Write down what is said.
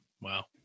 Wow